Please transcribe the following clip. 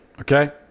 Okay